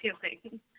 feeling